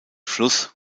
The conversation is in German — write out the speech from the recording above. fluss